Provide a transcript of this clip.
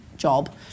job